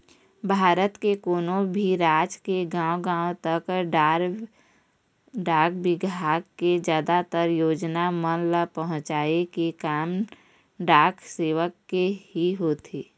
भारत के कोनो भी राज के गाँव गाँव तक डाक बिभाग के जादातर योजना मन ल पहुँचाय के काम डाक सेवक के ही होथे